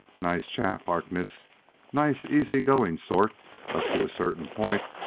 nice chap, harkness nice, easy-going sort up to a certain point.